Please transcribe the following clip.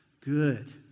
Good